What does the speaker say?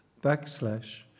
backslash